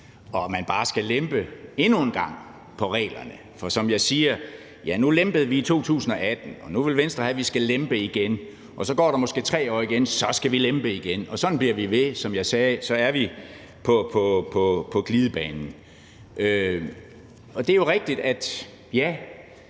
at man bare skal lempe reglerne endnu en gang. For som jeg siger: Nu lempede vi i 2018, og nu vil Venstre have, at vi skal lempe igen. Så går der måske 3 år igen, og så skal vi lempe igen, og sådan bliver vi ved. Som jeg sagde, er vi på en glidebane. Jeg tror ikke, at det